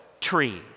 tree